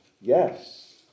Yes